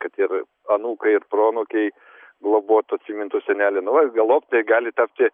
kad ir anūkai ir proanūkiai globotų atsimintų senelį nu va galop gali tapti